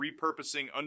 repurposing